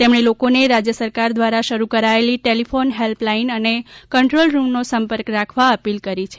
તેમણે લોકો ને રાજ્ય સરકાર દ્વારા શરૂ કરાયેલી ટેલિફોન હેલ્પ લાઇન અને કંટ્રોલ રૂમ નો સંપર્ક રાખવા અપીલ કરી છે